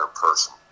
person